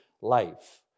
life